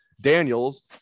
Daniels